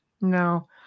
no